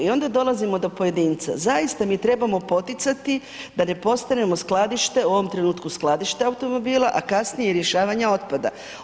I onda dolazimo do pojedinca, zaista mi trebamo poticati da ne postanemo skladište, u ovom trenutku skladište automobila, a kasnije rješavanja otpada.